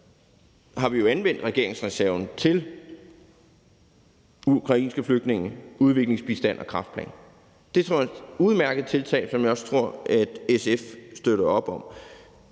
har vi jo anvendt regeringsreserven til ukrainske flygtninge, udviklingsbistand og en kræftplan. Det er udmærkede tiltag, som jeg også tror at SF støtter op om.